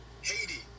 Haiti